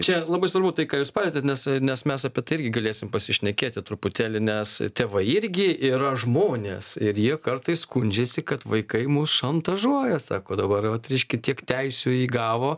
čia labai svarbu tai ką jūs palietėt nes nes mes apie tai irgi galėsim pasišnekėti truputėlį nes tėvai irgi yra žmonės ir jie kartais skundžiasi kad vaikai mus šantažuoja sako dabar kad reiškia tiek teisių įgavo